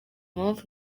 impamvu